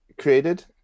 created